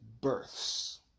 births